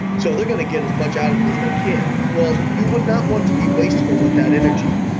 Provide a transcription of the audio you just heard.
so they're going to get as much out of it as they can. well, you would not want to be wasteful with that energy,